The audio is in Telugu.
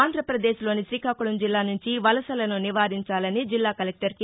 ఆంధ్రప్రదేశ్లోని శ్రీకాకుళం జిల్లా నుంచి వలసలను నివారించాలని జిల్లా కలెక్టర్ కె